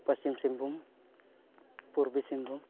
Paschim Singhbhum Purbi Singhbhum